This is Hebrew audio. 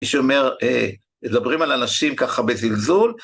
מי שאומר, מדברים על אנשים ככה בזלזול.